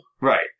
Right